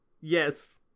Yes